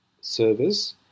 servers